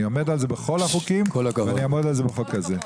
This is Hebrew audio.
אני עומד על זה בכל החוקים ואני אעמוד על זה בחוק הזה.